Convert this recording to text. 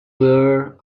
were